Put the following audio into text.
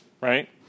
right